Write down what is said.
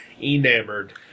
enamored